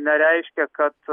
nereiškia kad